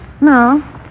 No